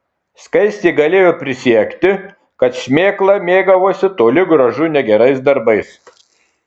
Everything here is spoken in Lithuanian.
skaistė galėjo prisiekti kad šmėkla mėgavosi toli gražu ne gerais darbais